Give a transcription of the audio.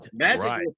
Right